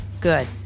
good